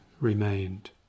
remained